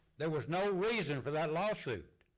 there was no reason for that lawsuit.